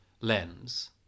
lens